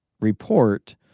report